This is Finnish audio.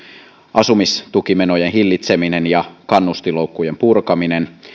asumistukimenojen hillitseminen ja kannustinloukkujen purkaminen